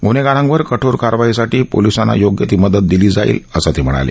ग्न्हेगारांवर कठोर कारवाईसाठी पोलिसांना योग्य ती मदत दिली जाईल असं ते म्हणाले